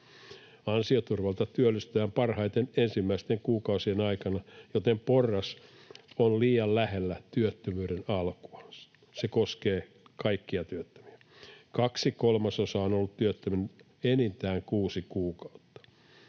Ansioturvalta työllistytään parhaiten ensimmäisten kuukausien aikana, joten porras on liian lähellä työttömyyden alkuvaiheessa. Se koskee kaikkia työttömiä. Kaksi kolmasosaa on ollut työttömänä enintään kuusi kuukautta.